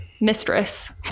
mistress